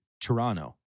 toronto